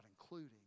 including